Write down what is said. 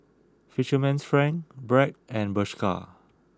Fisherman's Friend Bragg and Bershka